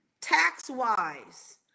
tax-wise